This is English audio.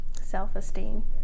self-esteem